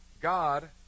God